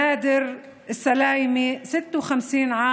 נאדר אסלאיימה, בן 56,